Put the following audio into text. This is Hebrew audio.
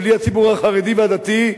בלי הציבור החרדי והדתי,